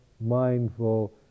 mindful